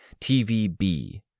TVB